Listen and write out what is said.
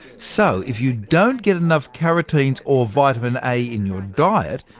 so, if you don't get enough carotenes or vitamin a in your diet,